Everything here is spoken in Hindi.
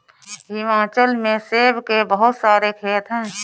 हिमाचल में सेब के बहुत सारे खेत हैं